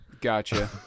Gotcha